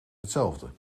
hetzelfde